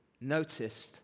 noticed